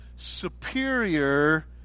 superior